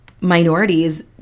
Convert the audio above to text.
minorities